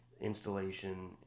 installation